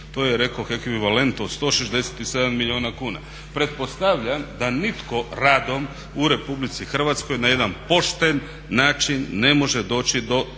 To je rekoh ekvivalent od 167 milijuna kuna. Pretpostavljam da nitko radom u RH na jedan pošten način ne može doći do